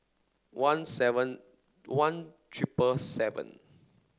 one seven one triple seven